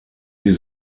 sie